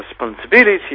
responsibility